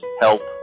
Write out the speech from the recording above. help